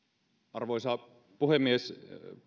arvoisa puhemies